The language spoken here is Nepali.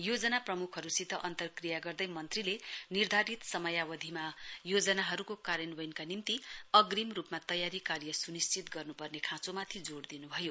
योजना प्रमुखहरुसित अन्तक्रिया गर्दै मन्त्रीले निर्धारित समयावधिमा योजनाहरुको कार्यान्वयनका निम्ति अग्रिम रुपमा तयारी कार्य सुनिश्चित गर्नुपर्ने खाँचोमाथि जोड़ दिनुभयो